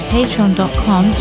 patreon.com